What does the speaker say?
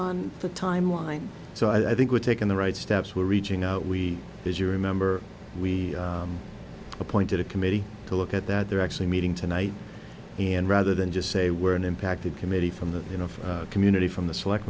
the timeline so i think we're taking the right steps we're reaching out we as you remember we appointed a committee to look at that they're actually meeting tonight and rather than just say we're an impacted committee from the you know community from the select